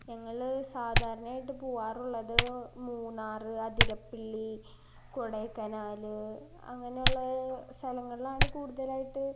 ഞങ്ങൾ സാധാരണയായിട്ട് പോവാറുള്ളത് മൂന്നാർ ആതിരപ്പിള്ളി കൊടൈക്കനാൽ അങ്ങനെയുള്ള സ്ഥലങ്ങളിലാണ് കൂടുതലായിട്ട്